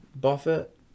Buffett